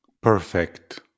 perfect